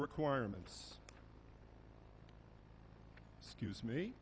requirements scuse me